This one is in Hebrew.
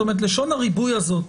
לשון הריבוי הזאת